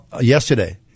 yesterday